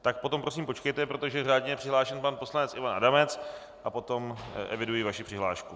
Tak potom prosím počkejte, protože řádně je přihlášen pan poslanec Ivan Adamec, a potom eviduji vaši přihlášku.